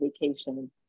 vacation